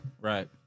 Right